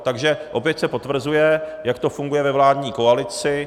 Takže opět se potvrzuje, jak to funguje ve vládní koalici